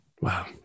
wow